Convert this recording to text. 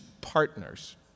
partners